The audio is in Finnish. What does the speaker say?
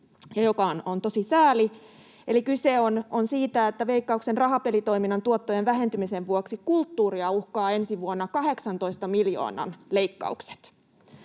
joka on tosi sääli. Eli kyse on siitä, että Veikkauksen rahapelitoiminnan tuottojen vähentymisen vuoksi kulttuuria uhkaavat ensi vuonna 18 miljoonan leikkaukset.